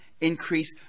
increase